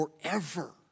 forever